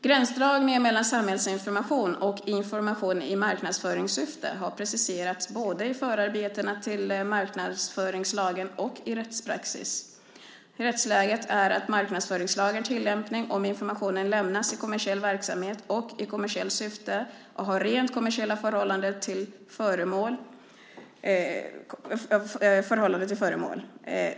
Gränsdragningen mellan samhällsinformation och information i marknadsföringssyfte har preciserats både i förarbetena till marknadsföringslagen och i rättspraxis. Rättsläget är att marknadsföringslagen är tillämplig om informationen lämnats i kommersiell verksamhet och i kommersiellt syfte och har rent kommersiella förhållanden till föremål - bland annat Marknadsdomstolens dom MD 2006:15.